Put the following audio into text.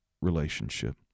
relationship